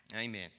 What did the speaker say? Amen